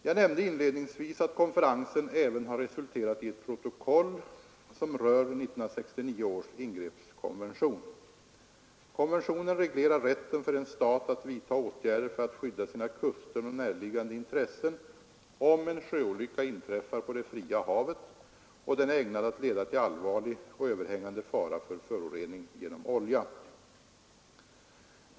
Jag nämnde inledningsvis att konferensen även har resulterat i ett protokoll som rör 1969 års ingreppskonvention. Konventionen reglerar rätten för en stat att vidta åtgärder för att skydda sina kuster och närliggande intressen, om en sjöolycka inträffar på det fria havet och den är ägnad att leda till allvarlig och överhängande fara för förorening genom olja.